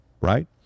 Right